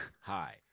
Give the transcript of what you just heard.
hi